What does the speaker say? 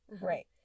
Right